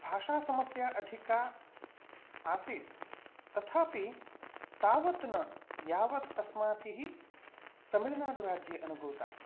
भाषासमस्या अधिका आसीत् तथापि तावत् न यावत् अस्माभिः तमिळुनाडु राज्ये अनुभूता